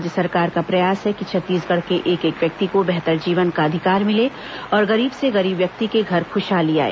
राज्य सरकार का प्रयास है कि छत्तीसगढ़ के एक एक व्यक्ति को बेहतर जीवन का अधिकार मिले और गरीब से गरीब व्यक्ति के घर ख्शहाली आए